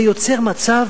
זה יוצר מצב,